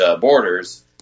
borders